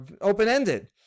open-ended